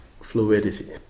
fluidity